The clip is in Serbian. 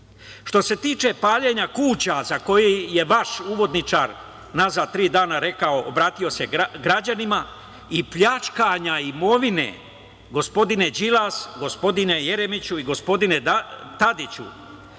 se tiče paljenja kuća, za koje je vaš uvodničar unazad tri dana rekao, i obratio se građanima i pljačkanja imovine, gospodine Đilas, gospodine Jeremiću i gospodine Tadiću,